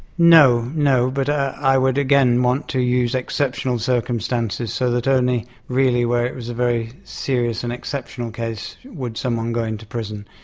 no, but i would again want to use exceptional circumstances so that only really where it was a very serious and exceptional case would someone go into prison.